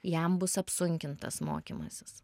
jam bus apsunkintas mokymasis